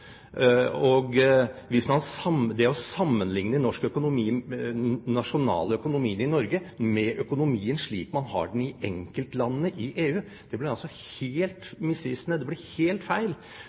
Det å sammenligne den nasjonale økonomien i Norge med økonomien slik den er i enkeltlandene i EU, blir altså helt misvisende, det blir helt feil.